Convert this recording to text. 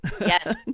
Yes